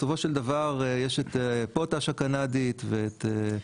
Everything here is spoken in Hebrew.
בסופו של דבר יש את פוטאש הקנדית ואת בלארוס קאלי.